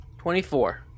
Twenty-four